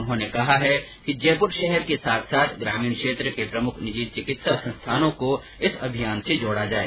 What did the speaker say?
उन्होंने कहा कि जयपुर शहर के साथ साथ ग्रामीण क्षेत्र के प्रमुख निजी चिकित्सा संस्थानों को इस अभियान से जोड़ा जाए